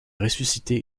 ressuscité